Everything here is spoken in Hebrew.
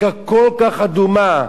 שהיא נותנת טעם יותר,